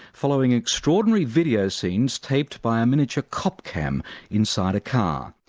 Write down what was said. following extraordinary video scenes taped by a miniature copcam inside a car.